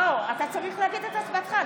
לא, אתה צריך להגיד את הצבעתך.